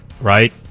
right